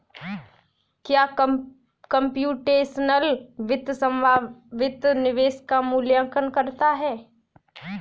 क्या कंप्यूटेशनल वित्त संभावित निवेश का मूल्यांकन करता है?